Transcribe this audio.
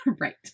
right